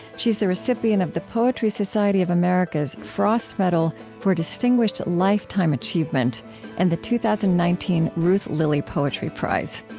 she's the recipient of the poetry society of america's frost medal for distinguished lifetime achievement and the two thousand and nineteen ruth lilly poetry prize.